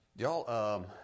Y'all